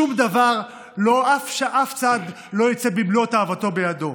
שום דבר, אף צד לא יצא עם מלוא תאוותו בידו.